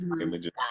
images